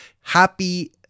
Happy